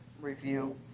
review